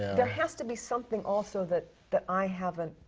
there has to be something also that, that i have a,